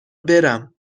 برم